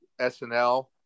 SNL